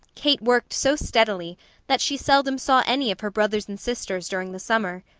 kate worked so steadily that she seldom saw any of her brothers and sisters during the summer.